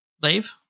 Dave